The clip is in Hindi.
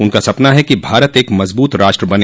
उनका सपना है कि भारत एक मजबूत राष्ट्र बने